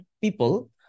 people